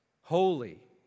Holy